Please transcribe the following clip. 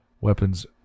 Weapons